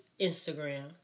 Instagram